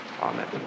Amen